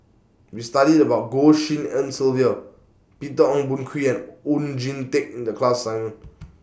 We studied about Goh Tshin En Sylvia Peter Ong Boon Kwee and Oon Jin Teik in The class assignment